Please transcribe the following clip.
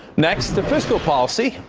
next, the fiscal policy,